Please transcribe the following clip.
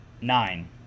nine